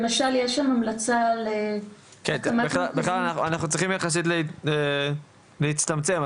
אנחנו צריכים יחסית להצטמצם,